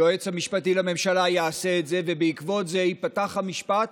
היועץ המשפטי לממשלה באמת יעשה את זה ובעקבות זה ייפתח המשפט.